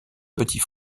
petits